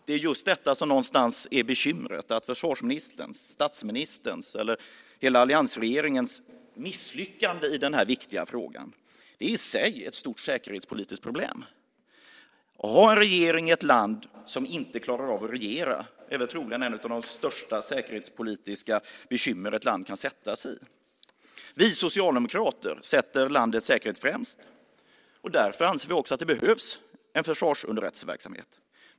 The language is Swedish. Det är just detta som någonstans är bekymret: försvarsministerns, statsministerns eller hela alliansregeringens misslyckande i den här viktiga frågan. Det är i sig ett stort säkerhetspolitiskt problem. Att ha en regering som inte klarar av att regera i ett land är troligen ett av de största säkerhetspolitiska bekymmer ett land kan sätta sig i. Vi socialdemokrater sätter landets säkerhet främst, och därför anser vi också att det behövs en försvarsunderrättelseverksamhet.